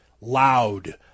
loud